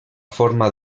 forma